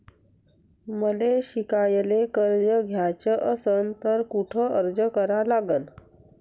मले शिकायले कर्ज घ्याच असन तर कुठ अर्ज करा लागन?